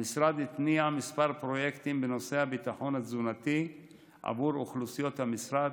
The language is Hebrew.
המשרד התניע כמה פרויקטים בנושא הביטחון התזונתי עבור אוכלוסיות המשרד,